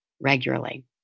regularly